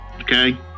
Okay